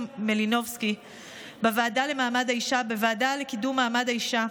מלינובסקי בוועדה לקידום מעמד האישה,